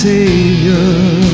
Savior